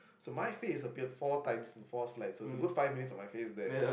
so my face appeared four times in four slides it was good five minutes of my face there